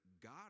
God